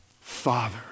Father